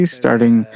starting